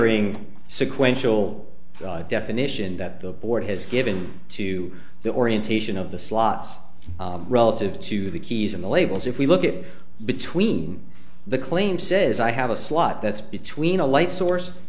layering sequential definition that the board has given to the orientation of the slots relative to the keys and the labels if we look at it between the claim says i have a slot that's between a light source